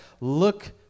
look